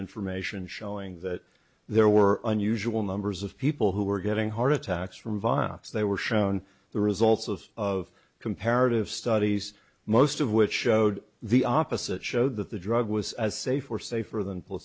information showing that there were unusual numbers of people who were getting heart attacks from vioxx they were shown the results of of comparative studies most of which showed the opposite showed that the drug was as safe or safer than